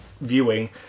viewing